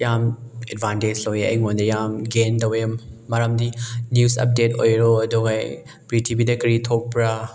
ꯌꯥꯝ ꯑꯦꯠꯕꯥꯟꯇꯦꯖ ꯂꯧꯏ ꯑꯩꯉꯣꯟꯗ ꯌꯥꯝ ꯒꯦꯟ ꯇꯧꯋꯦ ꯃꯔꯝꯗꯤ ꯅ꯭ꯌꯨꯁ ꯑꯞꯗꯦꯠ ꯑꯣꯏꯔꯣ ꯑꯗꯨꯒ ꯄ꯭ꯔꯤꯊꯤꯕꯤꯗ ꯀꯔꯤ ꯊꯣꯛꯄ꯭ꯔ